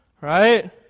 Right